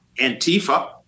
Antifa